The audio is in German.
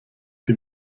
die